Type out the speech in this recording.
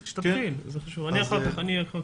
אני אחר כך.